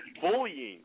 bullying